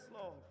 Lord